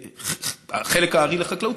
חלק הארי לחקלאות,